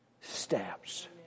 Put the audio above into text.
steps